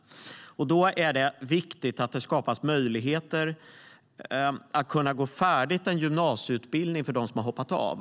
Därför är det viktigt att det skapas möjligheter att avsluta en gymnasieutbildning för dem som har hoppat av.